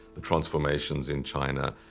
the transformations in china,